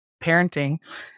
parenting